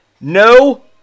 no